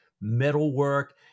metalwork